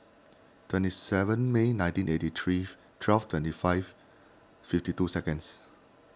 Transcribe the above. twenty seven May nineteen eighty three twelve twenty five fifty two seconds